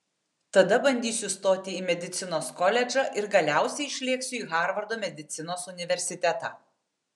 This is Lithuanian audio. tada bandysiu stoti į medicinos koledžą ir galiausiai išlėksiu į harvardo medicinos universitetą